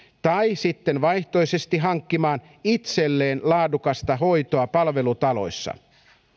tai sitten vaihtoehtoisesti hankkimaan itselleen laadukasta hoitoa palvelutaloissa